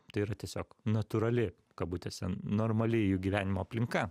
tai yra tiesiog natūrali kabutėse normali jų gyvenimo aplinka